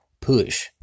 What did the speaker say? push